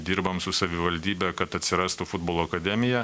dirbam su savivaldybe kad atsirastų futbolo akademija